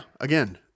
again